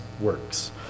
works